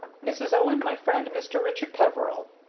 mrs. owen, my friend mr. richard peveril.